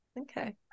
Okay